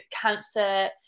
cancer